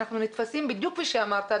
אנחנו נתפסים בדיוק כפי שאמרת,